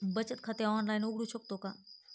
बचत खाते ऑनलाइन उघडू शकतो का?